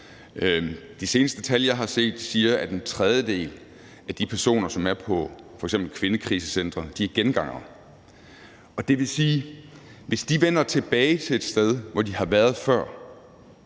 De seneste tal, jeg har set, siger, at en tredjedel af de personer, som er på f.eks. kvindekrisecentre, er gengangere. Og det vil sige, at hvis de vender tilbage til et sted, de har været før,